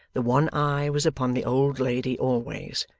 the one eye was upon the old lady always,